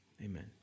Amen